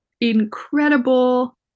incredible